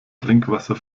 trinkwasser